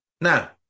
Now